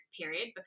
period